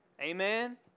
amen